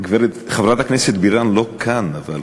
חברת הכנסת בירן לא כאן, אבל